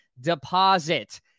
deposit